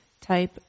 type